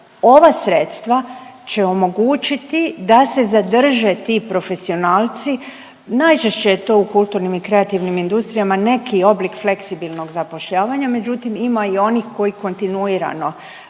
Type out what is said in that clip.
ova sredstva će omogućiti da se zadrže ti profesionalci. Najčešće je to u kulturnim i kreativnim industrijama, neki oblik fleksibilnog zapošljavanja. Međutim, ima i onih koji kontinuirano